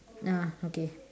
nah okay